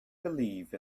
believe